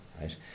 right